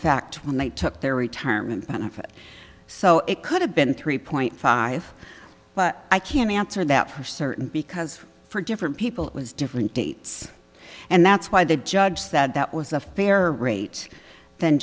effect when they took their retirement benefit so it could have been three point five but i can't answer that for certain because for different people it was different dates and that's why the judge that that was a fair rate th